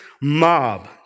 mob